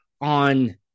on